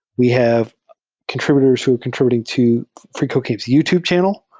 we have contr ibutors who are contr ibuting to freecodecamp's youtube channel.